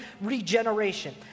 regeneration